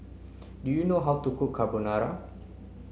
do you know how to cook Carbonara